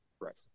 right